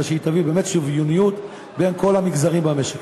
מפני שהיא שתביא באמת שוויוניות בין כל המגזרים במשק.